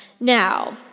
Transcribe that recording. Now